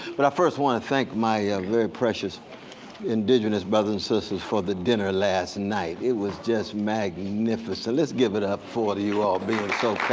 but i first want to thank my very precious indigenous brothers and sisters for the dinner last night. it was just magnificent. let's give it up for you all being so kind.